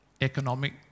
economic